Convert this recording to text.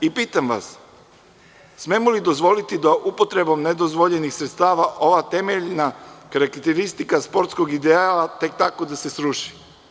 Pitam vas – smemo li dozvoliti da upotrebom nedozvoljenih sredstava ova temeljna karakteristika sportskog ideala tek tako da se sruši?